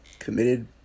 committed